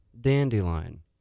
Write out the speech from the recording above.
dandelion